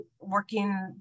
working